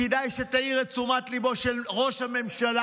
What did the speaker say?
אז כדאי שתעיר את תשומת ליבו של ראש הממשלה,